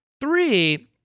Three